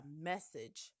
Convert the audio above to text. message